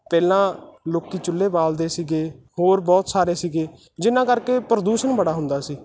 ਪਹਿਲਾਂ ਲੋਕ ਚੁੱਲ੍ਹੇ ਬਾਲਦੇ ਸੀਗੇ ਹੋਰ ਬਹੁਤ ਸਾਰੇ ਸੀਗੇ ਜਿਹਨਾਂ ਕਰਕੇ ਪ੍ਰਦੂਸ਼ਣ ਬੜਾ ਹੁੰਦਾ ਸੀ